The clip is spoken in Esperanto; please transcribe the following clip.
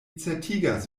certigas